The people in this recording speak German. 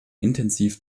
intensiv